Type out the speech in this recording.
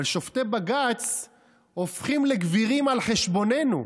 אבל שופטי בג"ץ הופכים לגבירים על חשבוננו.